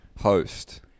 Host